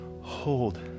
Hold